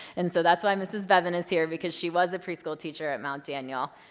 and so that's why mrs. bevan is here because she was a preschool teacher at mount daniel,